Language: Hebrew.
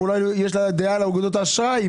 ואולי יש לה דעה על אגודות האשראי,